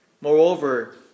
Moreover